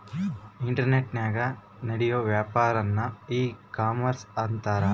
ಇಂಟರ್ನೆಟನಾಗ ನಡಿಯೋ ವ್ಯಾಪಾರನ್ನ ಈ ಕಾಮರ್ಷ ಅಂತಾರ